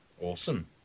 Awesome